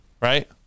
Right